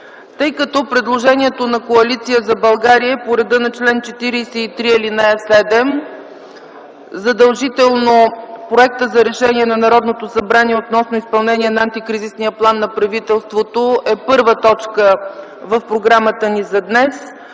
Тъй като предложението на Коалиция за България е по реда на чл. 43 ал. 7, задължително Проектът за решение на Народното събрание относно изпълнение на Антикризисния план на правителството е първа точка в програмата ни за днес,